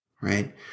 right